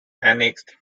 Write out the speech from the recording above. annexed